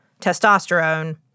testosterone